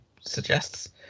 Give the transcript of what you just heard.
suggests